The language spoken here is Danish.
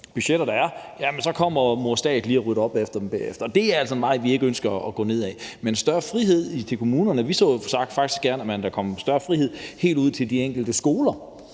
budgetter, der er, så kommer mor stat lige og rydder op efter dem bagefter. Og det er altså en vej, vi ikke ønsker at gå ned ad. Men en større frihed til kommunerne ser vi gerne. Vi så faktisk gerne, at der kom større frihed helt ud til de enkelte skoler